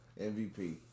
MVP